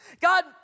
God